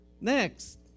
Next